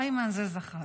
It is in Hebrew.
איימן זה זכר,